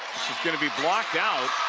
she's going to be blocked out.